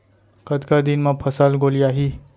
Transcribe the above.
कतका दिन म फसल गोलियाही?